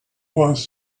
boss